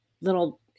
little